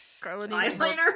Eyeliner